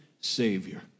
Savior